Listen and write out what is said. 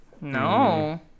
No